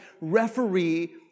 referee